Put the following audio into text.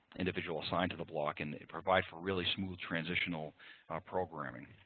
individual assigned to the block, and it provided for really smooth transitional programming.